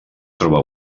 troba